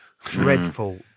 dreadful